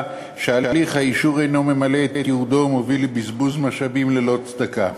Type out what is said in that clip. שהליך האישור אינו ממלא את ייעודו ומוביל לבזבוז משאבים ללא הצדקה.